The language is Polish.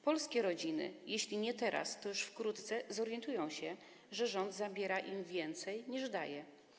Polskie rodziny jeśli nie teraz, to już wkrótce zorientują się, że rząd zabiera im więcej, niż daje.